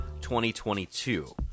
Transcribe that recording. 2022